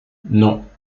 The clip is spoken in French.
non